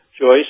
Joyce